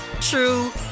true